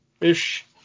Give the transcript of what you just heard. ish